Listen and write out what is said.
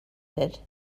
did